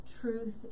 truth